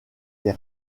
des